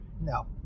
no